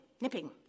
nipping